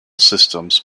systems